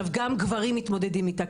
גם גברים מתמודדים איתה,